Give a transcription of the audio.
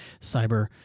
cyber